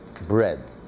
bread